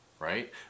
Right